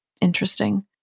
interesting